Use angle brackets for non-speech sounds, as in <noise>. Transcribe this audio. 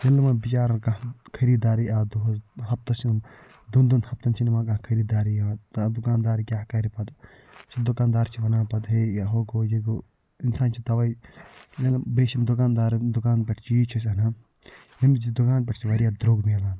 ییٚلہِ نہٕ یِمَن بِچارَن کانٛہہ خریٖدارٕے آو دۄہس ہَفتَس <unintelligible> دۄن دۄن ہَفتَن چھُنہٕ یِوان کانٛہہ خٔریٖدارٕے یِوان <unintelligible> دُکان دار کیٛاہ کرِ پَتہٕ سُہ دُکان دار چھُ وَنان پَتہٕ ہَے یہِ ہُو گوٚو یہِ گوٚو اِنسان چھُ تَوے <unintelligible> بیٚیہِ چھِ یِم دُکان دارَن یِم دُکان پٮ۪ٹھ چیٖز چھِ أسۍ اَنان تٔمِس چھُ دُکان پٮ۪ٹھ واریاہ درٛوٚگ میلان